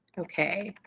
okay,